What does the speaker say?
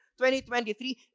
2023